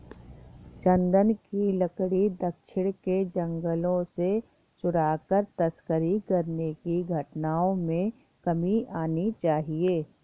चन्दन की लकड़ी दक्षिण के जंगलों से चुराकर तस्करी करने की घटनाओं में कमी आनी चाहिए